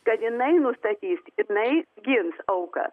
kad jinai nustatys jinai gins auką